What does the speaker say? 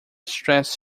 stressed